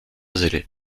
zélé